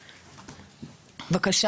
טוב,